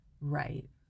Right